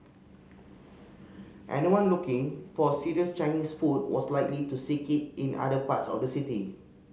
anyone looking for serious Chinese food was likely to seek it in other parts of the city